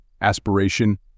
aspiration